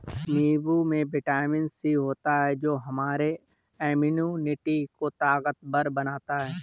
नींबू में vitamin C होता है जो हमारे इम्यूनिटी को ताकतवर बनाता है